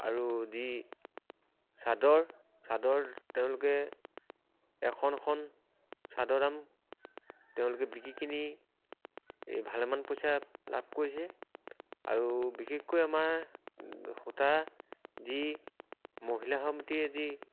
আৰু যি চাদৰ চাদৰ তেওঁলোকে এখন এখন চাদৰৰ দাম তেওঁলোকে বিকি কিনি এই ভালেমান পইচা লাভ কৰিছে আৰু বিশেষকৈ আমাৰ সূতা যি মহিলাসমিতিয়ে যি